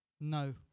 No